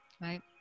right